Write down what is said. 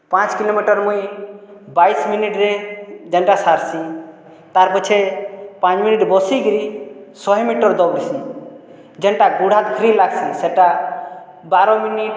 ପାଞ୍ଚ୍ କିଲୋମିଟର୍ ମୁଇଁ ବାଇଶ୍ ମିନିଟ୍ରେ ଯେନ୍ତା ସାର୍ସିଁ ତାର୍ ପଛେ ପାଞ୍ଚ୍ ମିନିଟ୍ ବସିକିରି ଶହେ ମିଟର୍ ଦୌଡ଼ିସିଁ ଯେନ୍ଟା ଗୋଡ଼୍ ହାତ୍ ଫ୍ରି ଲାଗ୍ସି ସେଟା ବାର ମିନିଟ୍